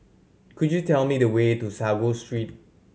could you tell me the way to Sago Street